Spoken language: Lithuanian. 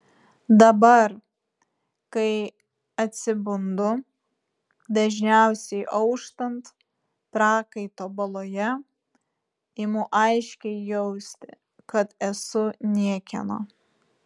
dabar kai atsibundu dažniausiai auštant prakaito baloje imu aiškiai jausti kad esu niekieno